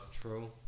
True